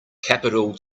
capital